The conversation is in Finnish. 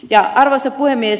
arvoisa puhemies